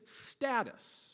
status